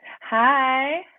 Hi